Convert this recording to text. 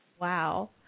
Wow